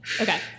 Okay